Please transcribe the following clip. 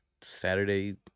Saturday